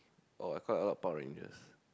oh quite a lot of Power Rangers